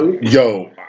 yo